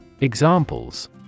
Examples